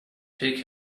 take